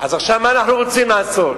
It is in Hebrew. אז עכשיו, מה אנחנו רוצים לעשות,